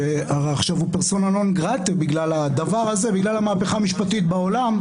שעכשיו הוא פרסונה נון גרטה בגלל המהפכה המשפטית בעולם,